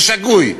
זה שגוי.